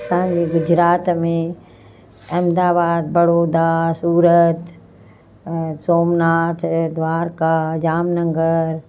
असांजे गुजरात में अहमदाबाद बड़ौदा सूरत सोमनाथ द्वारका जामनगर